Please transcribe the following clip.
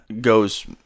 goes